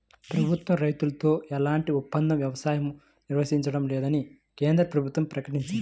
ప్రభుత్వం రైతులతో ఎలాంటి ఒప్పంద వ్యవసాయమూ నిర్వహించడం లేదని కేంద్ర ప్రభుత్వం ప్రకటించింది